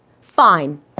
Fine